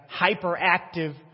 hyperactive